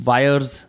Wires